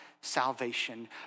salvation